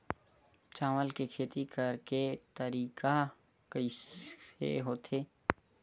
चावल के खेती करेके तरीका कइसे होथे?